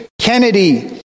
Kennedy